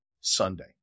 Sunday